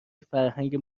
فرهنگ